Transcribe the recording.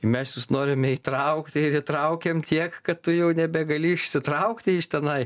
mes jus norime įtraukti ir įtraukiam tiek kad tu jau nebegali išsitraukti iš tenai